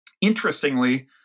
interestingly